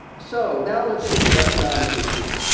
so, now let's look at economic issues.